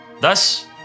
Thus